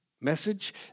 message